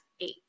eight